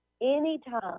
anytime